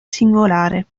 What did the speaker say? singolare